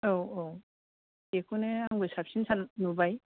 औ औ बेखौनो आंबो साबसिन सान नुबाय